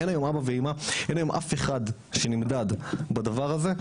אין היום אבא ואמא אין היום אף אחד שנמדד בדבר הזה,